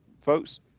folks